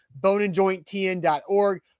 boneandjointtn.org